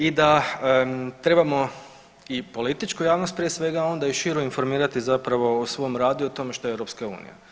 I da trebamo i političku javnost prije svega, a onda i širu informirati zapravo o svom radu i o tome što je EU.